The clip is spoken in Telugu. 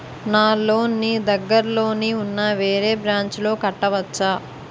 నా లోన్ నీ దగ్గర్లోని ఉన్న వేరే బ్రాంచ్ లో కట్టవచా?